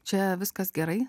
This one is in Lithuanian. čia viskas gerai